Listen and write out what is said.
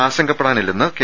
ആശങ്കപ്പെടാനില്ലെന്ന് K